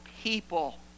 people